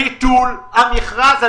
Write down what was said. ביטול המכרז.